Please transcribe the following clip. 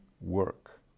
work